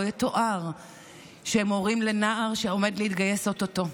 לא יתואר שהם הורים לנער שעומד להתגייס או-טו-טו.